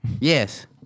Yes